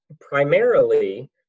Primarily